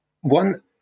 One